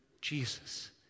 Jesus